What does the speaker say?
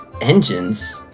engines